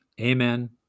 Amen